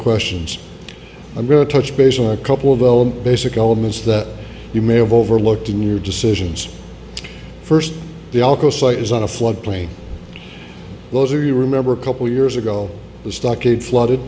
questions i'm going to touch base on a couple of old basic elements that you may have overlooked in your decisions first the alco site is on a flood plain those are you remember a couple years ago the stockade flooded